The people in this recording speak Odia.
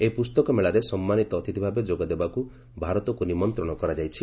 ଏହି ପୁସ୍ତକ ମେଳାରେ ସମ୍ମାନୀତ ଅତିଥି ଭାବେ ଯୋଗ ଦେବାକୁ ଭାରତକୁ ନିମନ୍ତ୍ରଣ କରାଯାଇଛି